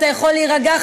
אתה יכול להירגע,